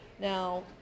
Now